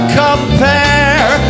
compare